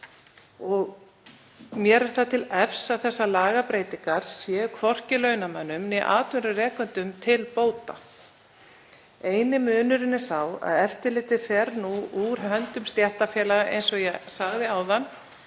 og mér er það til efs að þessar lagabreytingar séu launamönnum eða atvinnurekendum til bóta. Eini munurinn er sá að eftirlitið fer nú úr höndum stéttarfélaga, eins og ég sagði áðan,